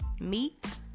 meet